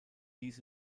dies